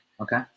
Okay